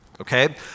okay